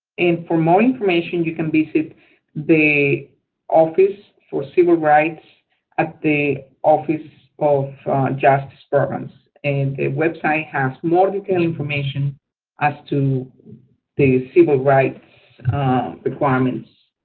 and for more information you can visit the office for civil rights at the office of justice programs and the website has more detailed information as to the civil rights requirements